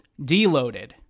deloaded